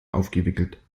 aufgewickelt